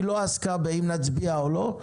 היא לא עסקה בהאם להצביע או לא.